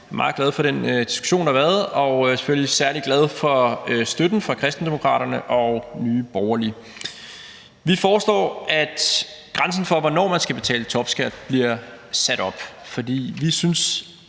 Jeg er meget glad for den diskussion, der har været, og selvfølgelig særlig glad for støtten fra Kristendemokraterne og Nye Borgerlige. Vi foreslår, at grænsen for, hvornår man skal betale topskat, bliver sat op, for vi synes